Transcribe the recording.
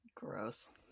Gross